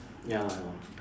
ya lah ya